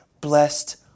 blessed